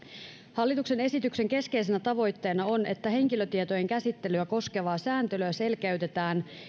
hallituksen esityksen keskeisenä tavoitteena on että henkilötietojen käsittelyä koskevaa sääntelyä selkeytetään